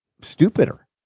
stupider